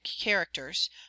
characters